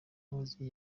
muhoozi